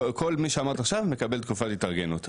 כל מי שאמרת עכשיו מקבל תקופת התארגנות,